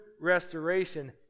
restoration